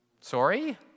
sorry